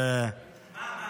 מה, מה?